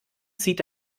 zieht